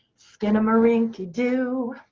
skinnamarinky-doo.